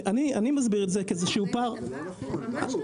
אני מסביר את זה כאיזשהו פער --- זה ממש לא